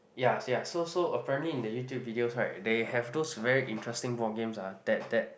ya ya so so apparently in the YouTube video right they have those very interesting board games ah that that